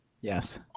Yes